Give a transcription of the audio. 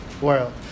world